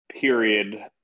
period